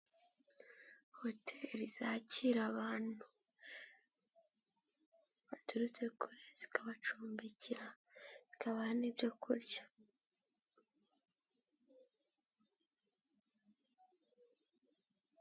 Hoteli zakira abantu baturutse kure zikabacumbikira, zikabaha n'ibyo kurya.